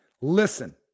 listen